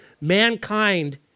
mankind